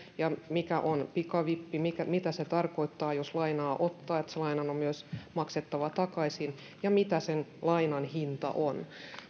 ja mikä on pikavippi mitä se tarkoittaa jos lainaa ottaa sitä että se laina on myös maksettava takaisin ja mikä sen lainan hinta on